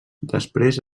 després